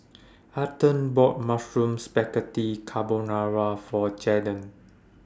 Arther bought Mushroom Spaghetti Carbonara For Jaydan